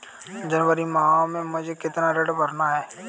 जनवरी माह में मुझे कितना ऋण भरना है?